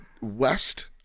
West